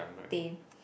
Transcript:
them